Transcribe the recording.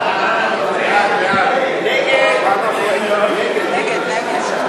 ההצעה להעביר את הצעת חוק זכויות התורמים למדינה,